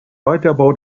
weiterbau